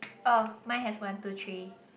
oh mine has one two three